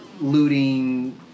looting